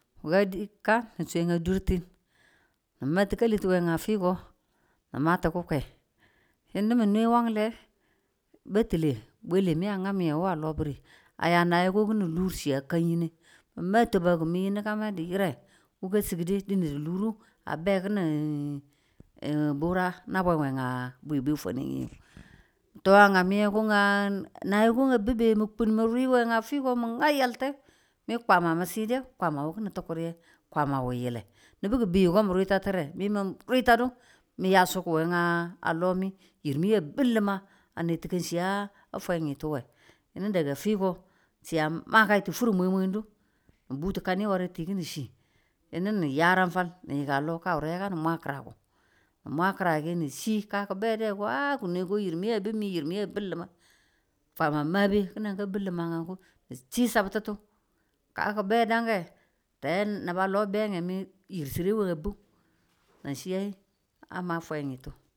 wuka di ka ni swe a durtin, ni ma ti̱kalitu we a fiko ni ma ti̱ kukwer yinu min nwe wange bati̱le bwele mi a nag miye mi wu alobiri a ya nayeko ki̱nin lor ng chi a kan yinen ng ma twabaku mi kakadu yire ka sigdu dine luru a be ki̱nin burange na bwen we a bwi be fwaneyi to a nga mi ko nayeko a biye mi kun mi ri we a fiko mi nga yalte me Kwama mi side mi Kwama we ki̱nin tukuri Kwama wile. nubu ki̱ biyu ko mi rita ti̱re mi mi ritanu mi ya suko we a lomi mi yirmi a bib li̱mang a ne ti̱kanci a fwintu we yinu daga fiko ng chi a makayi ki̱nin fur mwemwe du ni butu kani ware ng ti ki̱nin chi yinu ni yarafal niyika lo kawure yaki̱ mwa ki̱ran nu. ni mwa ki̱ran nge ni si ka ko a yirmi a bi mi yirmi a bib li̱mang ni chibtutu, kan ki bede nge, nabalo a be nge mi yir chire a bub nan chi a fwe mine tu.